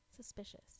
suspicious